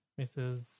Mrs